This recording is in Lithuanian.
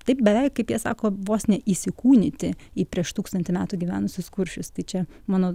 taip beveik kaip jie sako vos ne įsikūnyti į prieš tūkstantį metų gyvenusius kuršius tai čia mano